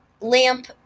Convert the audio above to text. lamp